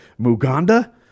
Muganda